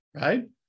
right